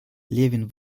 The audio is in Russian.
левин